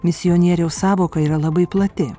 misionieriaus sąvoka yra labai plati